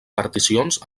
particions